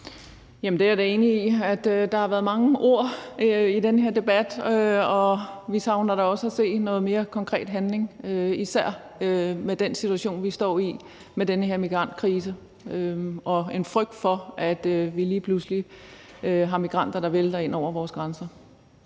Det er jeg da enig i. Der har været mange ord i den her debat, og vi savner da også at se noget mere konkret handling, især i den situation, vi står i, med den her migrantkrise og en frygt for, at vi lige pludselig har migranter, der vælter ind over vores grænser.